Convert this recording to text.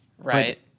Right